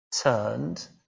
turned